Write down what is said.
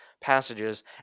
passages